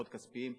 לפחות כספיים.